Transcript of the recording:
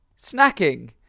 Snacking